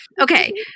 Okay